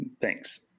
Thanks